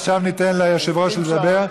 עכשיו ניתן ליושב-ראש לדבר.